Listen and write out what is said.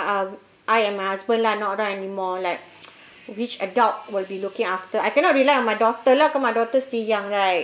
um I and my husband lah not around anymore like which adult will be looking after I cannot rely on my daughter lah cause my daughter still young right